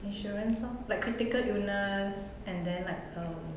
insurance lor like critical illness and then like um